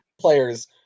players